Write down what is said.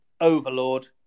Overlord